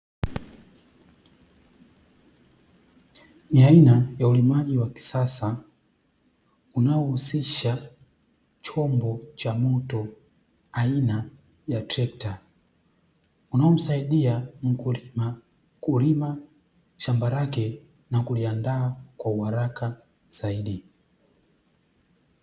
Ni aina ya ulimaji wa kisasa unaohusisha chombo cha moto aina ya trekta, unaomsaidia mkulima kulima shamba lake na kuliandaa kwa uharaka zaidi.